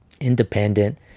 independent